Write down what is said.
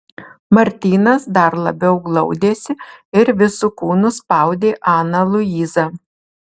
martynas dar labiau glaudėsi ir visu kūnu spaudė aną luizą